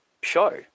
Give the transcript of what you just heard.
show